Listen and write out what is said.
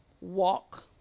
walk